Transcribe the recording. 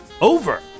over